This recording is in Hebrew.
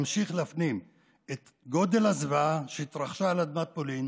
שהעולם ממשיך להפנים את גודל הזוועה שהתרחשה על אדמת פולין